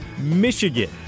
Michigan